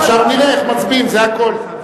עכשיו נראה איך מצביעים, זה הכול.